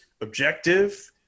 objective